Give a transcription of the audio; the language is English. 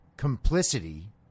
Complicity